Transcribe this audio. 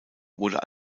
wurde